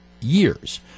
years